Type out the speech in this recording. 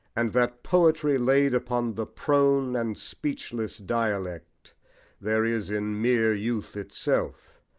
and that poetry laid upon the prone and speechless dialect there is in mere youth itself,